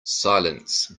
silence